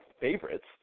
favorites